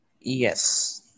Yes